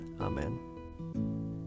Amen